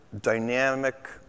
dynamic